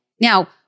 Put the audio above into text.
Now